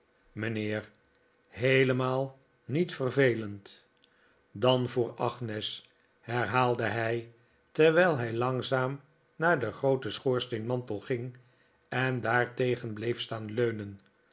mijnheer heelemaal niet vervelend dan voor agnes herhaalde hij terwijl hij langzaam naar den grooten schoorsteenmantel ging en daartegen bleef staan leunen